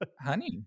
honey